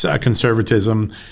conservatism